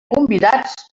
convidats